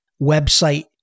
website